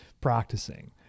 practicing